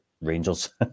Rangers